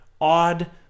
odd